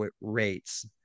rates